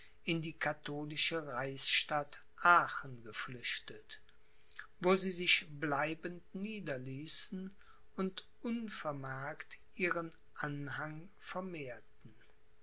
in die katholische reichsstadt aachen geflüchtet wo sie sich bleibend niederließen und unvermerkt ihren anhang vermehrten